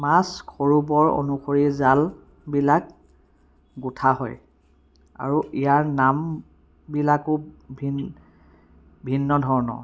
মাছ সৰু বৰ অনুসৰি জালবিলাক গুঠা হয় আৰু ইয়াৰ নামবিলাকো ভিন ভিন্ন ধৰণৰ